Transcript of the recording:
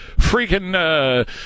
freaking